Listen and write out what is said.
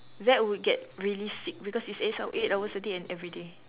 that would get really sick because it's eight eight hours a day and everyday